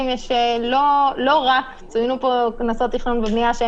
יש לא רק קנסות תכנון ובנייה שצוינו כאן,